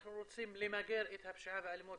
אנחנו רוצים למגר את הפשיעה והאלימות,